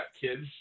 kids